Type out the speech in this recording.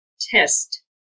test